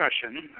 discussion